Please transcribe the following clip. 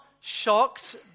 shocked